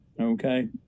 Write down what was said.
Okay